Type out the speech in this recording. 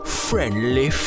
friendly